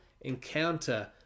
encounter